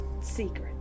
secret